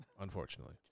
Unfortunately